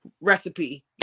recipe